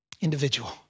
Individual